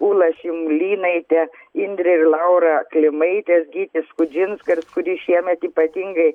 ula šimulynaitė indrė ir laura klimaitės gytis skudžinskas kuris šiemet ypatingai